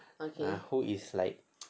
ah whom is like